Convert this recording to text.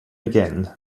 again